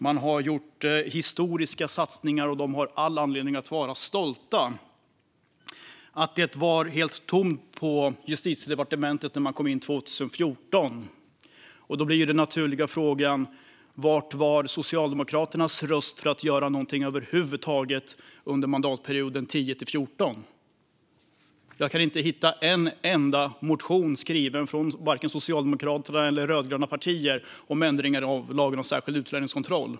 De har gjort historiska satsningar och har all anledning att vara stolta - det var helt tomt på Justitiedepartementet när de kom in 2014. Då blir den naturliga frågan: Var någonstans var Socialdemokraternas röst för att göra något över huvud taget under mandatperioden 2010-2014? Jag kan inte hitta en enda motion skriven av vare sig Socialdemokraterna eller andra rödgröna partier om ändringar i lagen om särskild utlänningskontroll.